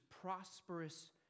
prosperous